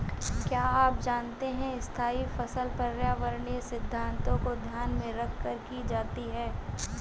क्या आप जानते है स्थायी फसल पर्यावरणीय सिद्धान्तों को ध्यान में रखकर की जाती है?